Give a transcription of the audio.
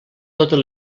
totes